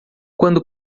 quando